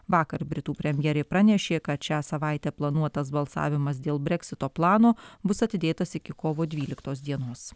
vakar britų premjerė pranešė kad šią savaitę planuotas balsavimas dėl breksito plano bus atidėtas iki kovo dvyliktos dienos